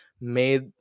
made